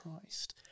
Christ